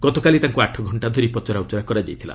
ଗତକାଲି ତାଙ୍କୁ ଆଠ ଘଣ୍ଟା ଧରି ପଚରାଉଚରା କରାଯାଇଥିଲା